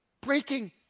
breaking